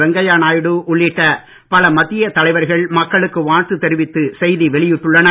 வெங்கையா நாயுடு உள்ளிட்ட பல மத்திய தலைவர்கள் மக்களுக்கு வாழ்த்து தெரிவித்து செய்தி வெளியிட்டுள்ளனர்